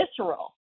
visceral